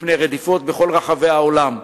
מפני רדיפות בכל רחבי העולם,